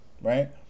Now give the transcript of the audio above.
Right